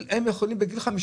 לגיל.